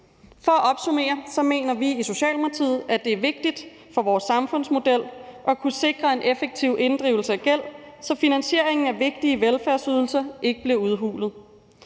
For at opsummere: Vi mener i Socialdemokratiet, at det er vigtigt for vores samfundsmodel at kunne sikre en effektiv inddrivelse af gæld, så finansieringen af vigtige velfærdsydelser ikke bliver udhulet,